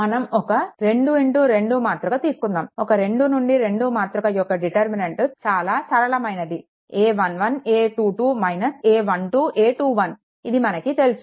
మనం ఒక్క 2 2 మాతృక తీసుకుందాము ఒక 2 నుండి 2 మాతృక యొక్క డిటర్మినెంట్ చాలా సరళమైనది a11a22 - a12a21 ఇది మనకు తెలుసు